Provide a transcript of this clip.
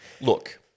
Look